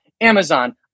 Amazon